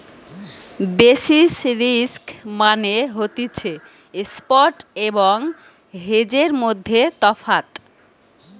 basis risk মানে হতিছে spot এবং হেজের মধ্যে তফাৎ